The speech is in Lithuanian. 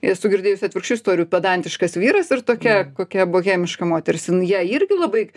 esu girdėjusi atvirkščių istorijų pedantiškas vyras ir tokia kokia bohemiška moteris jin ją irgi labai